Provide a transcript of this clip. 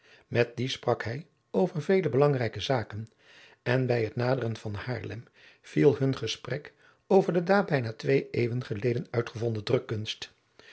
met dien sprak hij over vele belangrijke zaken en bij het naderen van haarlem viel hun gesprek over de daar bijna twee eeuwen geleden uitgevonden drukkunst